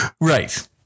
Right